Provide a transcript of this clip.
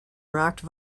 rocked